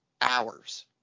hours